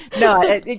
No